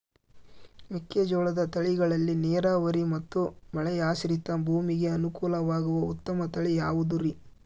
ಮೆಕ್ಕೆಜೋಳದ ತಳಿಗಳಲ್ಲಿ ನೇರಾವರಿ ಮತ್ತು ಮಳೆಯಾಶ್ರಿತ ಭೂಮಿಗೆ ಅನುಕೂಲವಾಗುವ ಉತ್ತಮ ತಳಿ ಯಾವುದುರಿ?